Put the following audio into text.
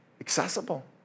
accessible